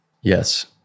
Yes